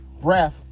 breath